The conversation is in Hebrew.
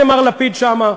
הנה, מר לפיד שם.